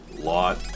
lot